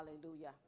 Hallelujah